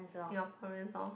Singaporeans orh